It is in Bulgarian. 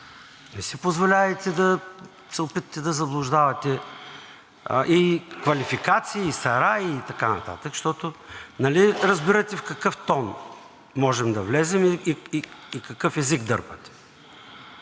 Не си позволявайте да се опитвате да заблуждавате – и квалификации, и сараи, и така нататък. Защото, нали разбирате в какъв тон можем да влезем и какъв език дърпате,